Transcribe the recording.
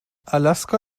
alaska